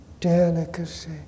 delicacy